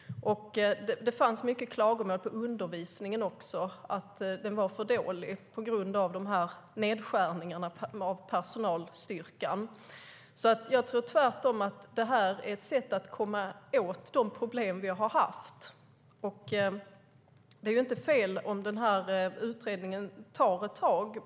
Det fanns också mycket klagomål på undervisningen och att den var för dålig på grund av nedskärningarna på personalstyrkan. Jag tror alltså tvärtom att det här är ett sätt att komma åt de problem vi har haft. Det är inte fel om den här utredningen tar ett tag.